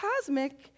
cosmic